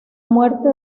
muerte